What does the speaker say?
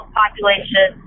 population